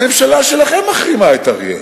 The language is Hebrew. הממשלה שלכם מחרימה את אריאל.